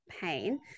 pain